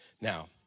Now